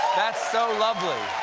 that's so lovely.